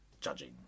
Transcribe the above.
judging